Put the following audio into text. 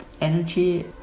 energy